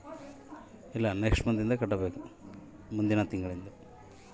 ಸಾಲದ ರೊಕ್ಕ ಬಂದಾಗ ಮೊದಲ ಕಂತನ್ನು ಅದೇ ತಿಂಗಳಿಂದ ಕಟ್ಟಬೇಕಾ?